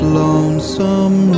lonesome